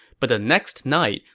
but the next night,